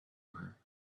her